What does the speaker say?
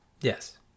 Yes